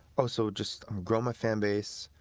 also just, i'm growing my fan base,